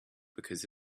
because